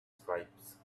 stripes